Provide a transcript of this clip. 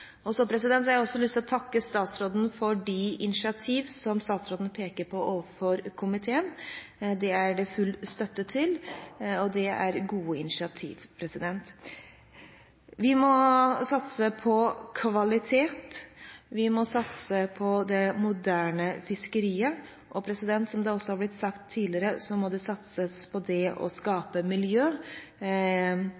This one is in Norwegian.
har også lyst til å takke statsråden for de initiativer som hun peker på overfor komiteen. Dem er det full støtte til, og det er gode initiativer. Vi må satse på kvalitet, vi må satse på det moderne fiskeriet, og som det også har blitt sagt tidligere: Det må satses på det å